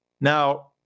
now